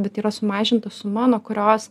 bet yra sumažinta suma nuo kurios